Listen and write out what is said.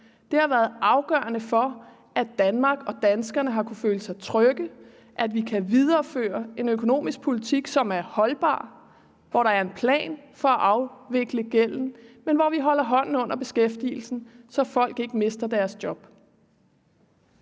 Det har været afgørende for, at Danmark og danskerne har kunnet føle sig trygge, at vi kan videreføre en økonomisk politik, som er holdbar, og hvor der er en plan for at afvikle gælden, men hvor vi holder hånden under beskæftigelsen, så folk ikke mister deres job.